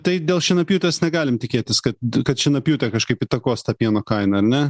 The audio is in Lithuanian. tai dėl šienapjūtės negalim tikėtis kad kad šienapjūtė kažkaip įtakos tą pieno kainą ar ne